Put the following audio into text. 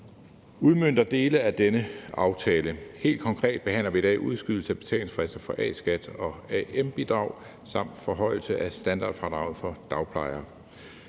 udmønter dele af denne aftale. Helt konkret behandler vi i dag et forslag om udskydelse af betalingsfrister for A-skat og AM-bidrag samt en forhøjelse af standardfradraget for dagplejere.